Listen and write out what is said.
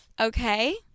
Okay